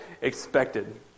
expected